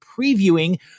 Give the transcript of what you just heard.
previewing